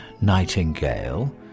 nightingale